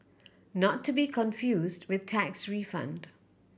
not to be confused with tax refund